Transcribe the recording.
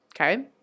okay